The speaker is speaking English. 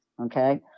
okay